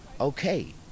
okay